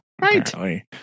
right